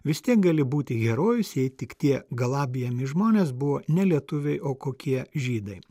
vis tiek gali būti herojus jei tik tie galabijami žmonės buvo ne lietuviai o kokie žydai